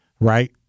right